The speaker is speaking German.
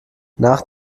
nach